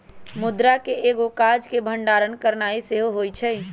मुद्रा के एगो काज के भंडारण करनाइ सेहो होइ छइ